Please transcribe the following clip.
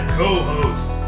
co-host